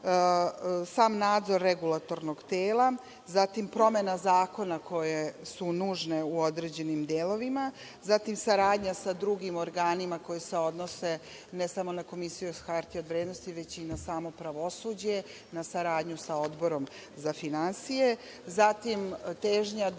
sam nadzor regulatornog tela, zatim promene zakona koje su nužne u određenim delovima, zatim saradnja sa drugim organima koji se odnose ne samo na Komisiju za hartije od vrednosti, već i na samo pravosuđe, na saradnju sa Odborom za finansije, zatim težnja da